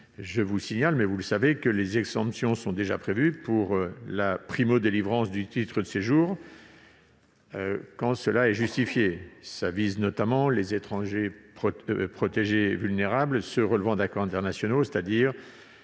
vous le savez, mes chers collègues, des exemptions sont déjà prévues pour la primo-délivrance du titre de séjour, quand cela est justifié. Elles visent notamment les étrangers protégés et vulnérables, ceux qui relèvent d'accords internationaux, c'est-à-dire